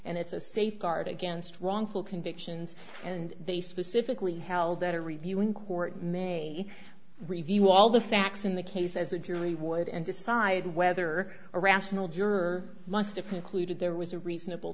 and it's a safeguard against wrongful convictions and they specifically held that a review in court may review all the facts in the case as a jury would and decide whether a rational juror must appear clued there was a reasonable